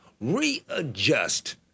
readjust